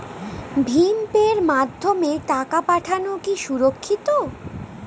ভিম পের মাধ্যমে টাকা পাঠানো কি সুরক্ষিত?